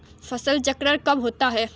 फसल चक्रण कब होता है?